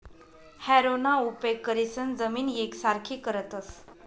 हॅरोना उपेग करीसन जमीन येकसारखी करतस